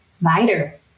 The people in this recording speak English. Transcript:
lighter